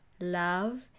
love